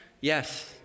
Yes